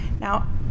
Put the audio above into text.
Now